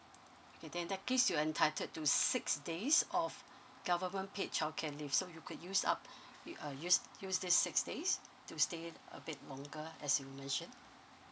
okay then in that case you're entitled to six days of government paid childcare leave so you could use up u~ uh use use this six days to stay a bit longer as you mentioned